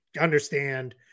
understand